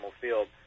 field